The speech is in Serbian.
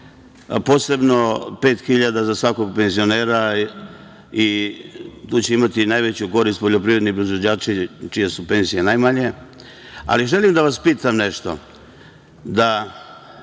posebno 5.000 za svakog penzionera i tu će imati najveću korist poljoprivredni proizvođači, čije su penzije najmanje. Želim da vas pitam nešto,